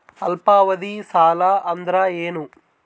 ಅಲ್ಪಾವಧಿ ಸಾಲ ಅಂದ್ರ ಏನು?